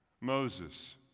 Moses